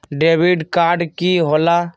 Debit card की होला?